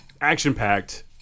action-packed